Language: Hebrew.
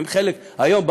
היום,